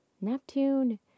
neptune